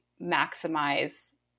maximize